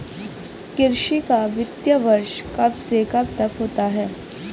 कृषि का वित्तीय वर्ष कब से कब तक होता है?